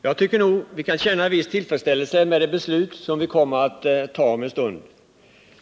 Herr talman! Jag tycker nog att vi kan känna viss tillfredsställelse med det beslut som vi kommer att fatta om en stund.